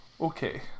okay